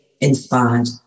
inspired